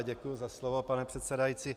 Děkuji za slovo, pane předsedající.